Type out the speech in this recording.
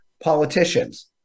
politicians